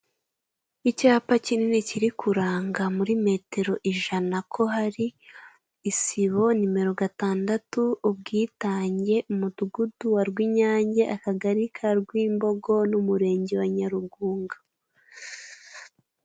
Icyapa kinini kiri kuranga muri metero ijana ko hari isibo nimero gatandatu, ubwitange , umudugudu wa Rwinyange, akagari ka Rwimbogo, n'umurenge wa Nyarugunga.